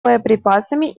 боеприпасами